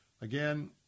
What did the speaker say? Again